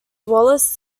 wallace